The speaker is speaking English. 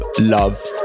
love